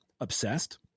obsessed